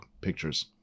pictures